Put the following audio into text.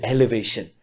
Elevation